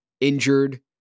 injured